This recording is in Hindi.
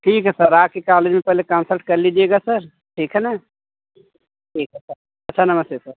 ठीक है सर आ कर कालेज में पहले कंसल्ट कर लीजिएगा सर ठीक है न ठीक है सर अच्छा नमस्ते सर